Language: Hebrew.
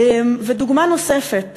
ודוגמה נוספת